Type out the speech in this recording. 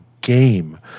game